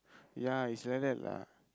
ya is like that lah